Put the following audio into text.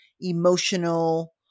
emotional